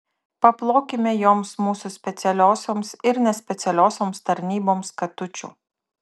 paplokime joms mūsų specialiosioms ir nespecialiosioms tarnyboms katučių